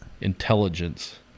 Intelligence